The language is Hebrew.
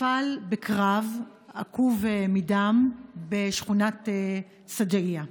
נפל בקרב עקוב דם בשכונת שג'אעיה.